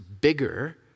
bigger